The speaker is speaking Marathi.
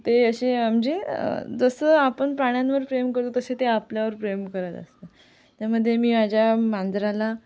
ते असे म्हणजे जसं आपण प्राण्यांवर प्रेम करतो तसे ते आपल्यावर प्रेम करत असतात त्यामध्ये मी माझ्या मांजराला